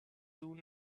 soon